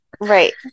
Right